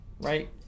Right